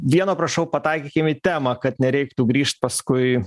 vieno prašau pataikykim į temą kad nereiktų grįžt paskui